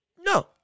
No